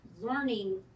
learning